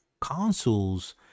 consoles